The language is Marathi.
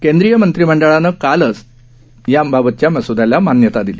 केंद्रीय मंत्रिमंडळानं कालच याबाबतच्या मसूद्याला मान्यता दिली